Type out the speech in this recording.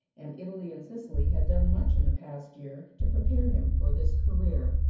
and italy and sicily had done much, in the past year, to prepare him for this career.